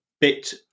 bit